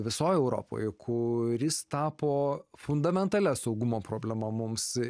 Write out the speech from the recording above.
visoj europoj kuris tapo fundamentalia saugumo problema mums